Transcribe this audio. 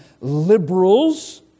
liberals